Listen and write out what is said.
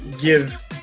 give